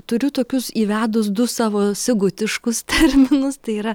turiu tokius įvedus du savo sigutiškus terminus tai yra